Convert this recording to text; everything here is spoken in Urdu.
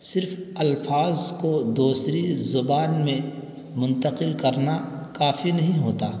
صرف الفاظ کو دوسری زبان میں منتقل کرنا کافی نہیں ہوتا